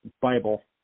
Bible